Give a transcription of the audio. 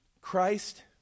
Christ